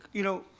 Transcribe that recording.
you know,